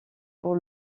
pour